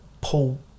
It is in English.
paul